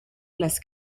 las